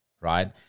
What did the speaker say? right